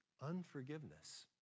Unforgiveness